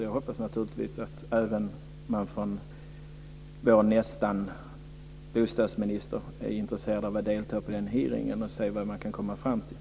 Jag hoppas naturligtvis att man även från vår "nästanbostadsminister" är intresserad av att delta på den hearingen för att se vad man kan komma fram till.